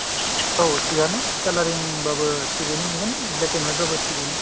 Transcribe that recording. औ थिगानो खालारिंबाबो थिगैनो मोनगोन ब्लेक एन्द वाइथबाबो थिगैनो